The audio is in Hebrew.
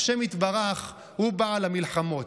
השם יתברך הוא בעל המלחמות.